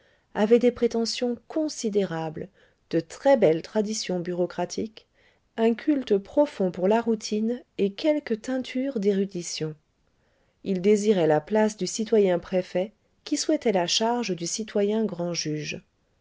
avait des prétentions considérables de très belles traditions bureaucratiques un culte profond pour la routine et quelque teinture d'érudition il désirait la place du citoyen préfet qui souhaitait la charge du citoyen grand juge